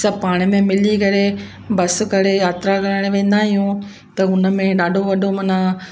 सभु पाण में मिली करे बसि करे यात्रा करण वेंदा आहियूं त हुन में ॾाढो वॾो माना